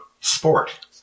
sport